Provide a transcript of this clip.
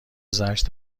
زجر